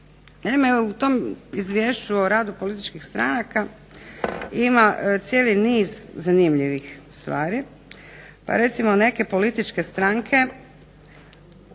Naime, u tom Izvješću o radu političkih stranaka ima cijeli niz zanimljivih stvari. Pa recimo neke političke stranke